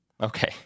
Okay